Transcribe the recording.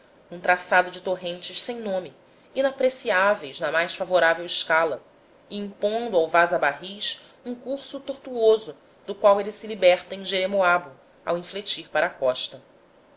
num traçado de torrentes sem nome inapreciáveis na mais favorável escala e impondo ao vaza barris um curso tortuoso do qual ele se liberta em jeremoabo ao infletir para a costa